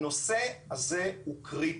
הנושא הזה הוא קריטי,